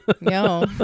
no